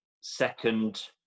second